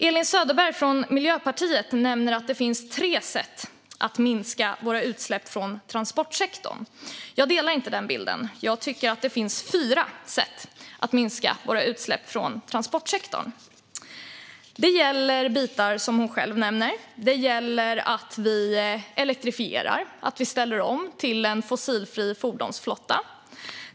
Elin Söderberg från Miljöpartiet nämner att det finns tre sätt att minska våra utsläpp från transportsektorn. Jag delar inte den bilden. Jag tycker att det finns fyra sätt att minska våra utsläpp från transportsektorn. Det gäller bitar som hon själv nämner. Det gäller att vi elektrifierar och ställer om till en fossilfri fordonsflotta.